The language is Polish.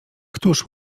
któż